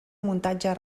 muntatge